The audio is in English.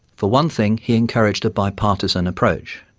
for one thing he encouraged a bipartisan approach.